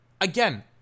Again